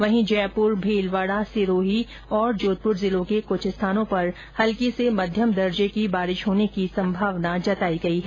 वहीं जयपुर भीलवाड़ा सिरोही और जोधप्र जिलों के कुछ स्थानों पर हल्की से मध्यम दर्जे की बारिश होने की संभावना जताई है